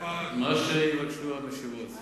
מה שיבקשו המציעות.